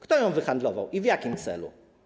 Kto ją wyhandlował i w jakim celu?